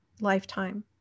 lifetime